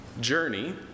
journey